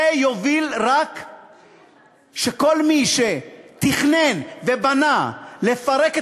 זה יוביל רק לכך שכל מי שתכנן ובנה לפרק את